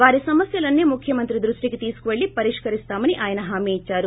వారి సమస్యలన్నీ ముఖ్యమంత్రి దృష్టికి తీసుకెల్లి పరిష్కరిస్తామని ఆయన హామీ ఇద్చారు